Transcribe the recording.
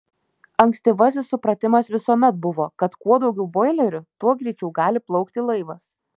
ankstyvasis supratimas visuomet buvo kad kuo daugiau boilerių tuo greičiau gali plaukti laivas